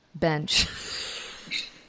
Bench